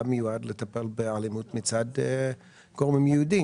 מיועד לטפל באלימות מצד גורמים יהודיים,